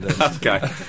Okay